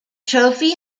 trophy